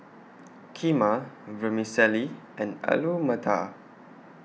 Kheema Vermicelli and Alu Matar